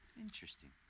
Interesting